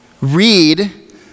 read